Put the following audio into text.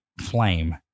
flame